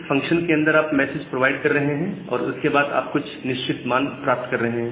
इस फंक्शन के अंदर आप मैसेज प्रोवाइड कर रहे हैं और उसके बाद आप कुछ निश्चित मान प्राप्त कर रहे हैं